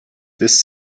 this